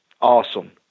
awesome